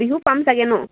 বিহু পাম চাগৈ ন